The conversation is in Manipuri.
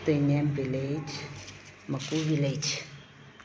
ꯇꯦꯡꯅꯦꯝ ꯚꯤꯂꯦꯖ ꯃꯀꯨ ꯚꯤꯂꯦꯖ